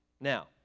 Now